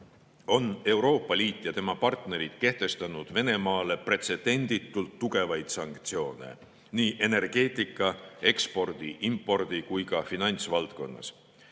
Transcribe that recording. on Euroopa Liit ja tema partnerid kehtestanud Venemaale pretsedenditult tugevaid sanktsioone nii energeetika‑, ekspordi-, impordi‑ kui ka finantsvaldkonnas.